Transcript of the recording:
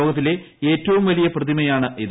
ലോകത്തിലെ ഏറ്റവും വലിയ പ്രതിമയാണ് ഇത്